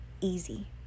easy